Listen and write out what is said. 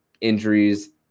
Injuries